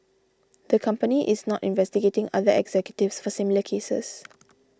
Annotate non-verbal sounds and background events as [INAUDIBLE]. [NOISE] the company is not investigating other executives for similar cases